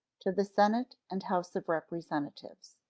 to the senate and house of representatives